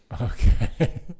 Okay